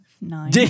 nine